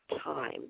time